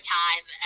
time